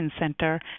center